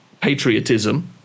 patriotism